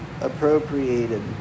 Appropriated